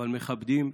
אבל מכבדים.